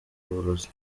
uburozi